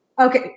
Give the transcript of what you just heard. Okay